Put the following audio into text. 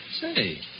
Say